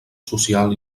social